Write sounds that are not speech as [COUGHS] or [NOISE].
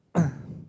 [COUGHS]